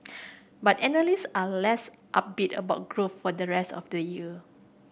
but analyst are less upbeat about growth for the rest of the year